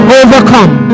overcome